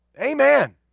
Amen